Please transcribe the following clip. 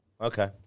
Okay